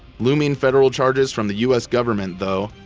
looming federal charges from the us government, though,